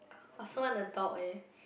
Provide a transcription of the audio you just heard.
I also want a dog eh